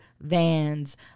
vans